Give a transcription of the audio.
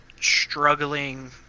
struggling